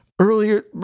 earlier